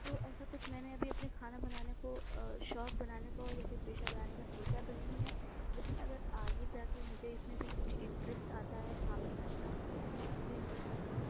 تو ایسا کچھ میں نے ابھی اپنے کھانا بنانے کو شوق بنانے کو یا پھر پیشہ بنانے کا سوچا تو نہیں ہے لیکن اگر آکے جا کے مجھے اس میں بھی کچھ انٹریسٹ آتا ہے جہاں پر میں اپنا خود کوکنگ کر سکوں